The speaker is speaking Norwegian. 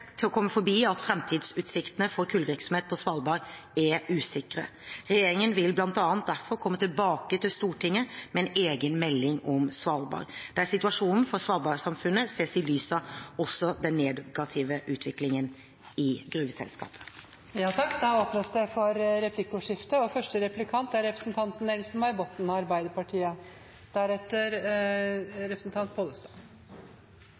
til å komme forbi at framtidsutsiktene for kullvirksomhet på Svalbard er usikre. Regjeringen vil bl.a. derfor komme tilbake til Stortinget med en egen melding om Svalbard, der situasjonen for svalbardsamfunnet ses i lys av også den negative utviklingen i gruveselskapet. Det blir replikkordskifte. Jeg vil si at det er viktige grep regjeringen har gjort i denne saken. Man legger nå til rette for